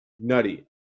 Nutty